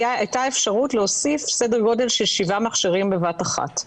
הייתה אפשרות להוסיף סדר גודל של שבעה מכשירים בבת אחת.